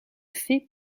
fées